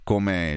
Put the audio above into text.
come